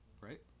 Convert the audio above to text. Right